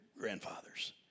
grandfather's